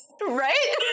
Right